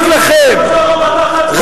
מה אתה אומר?